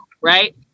Right